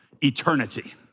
Eternity